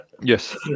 Yes